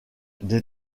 des